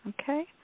Okay